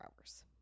hours